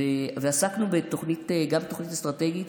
עסקנו גם בתוכנית אסטרטגית,